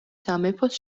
სამეფოს